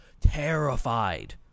terrified